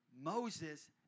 Moses